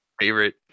favorite